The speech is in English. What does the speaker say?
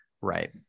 Right